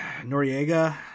Noriega